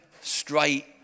straight